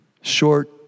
Short